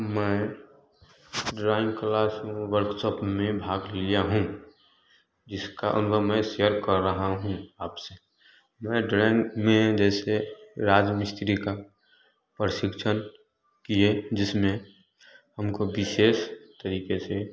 मैं drawing class में workshop में भाग लिया हूँ जिसका अनुभव मैं शेयर कह रहा हूँ आपसे मैं ड्राइंग में जैसे राजमिस्त्री का प्रशिक्षण किए जिसमें हमको विशेष तरीके से